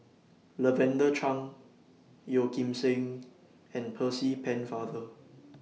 Lavender Chang Yeo Kim Seng and Percy Pennefather